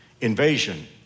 invasion